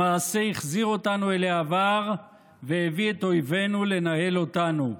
למעשה החזיר אותנו אל העבר והביא את אויבינו לנהל אותנו.